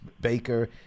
Baker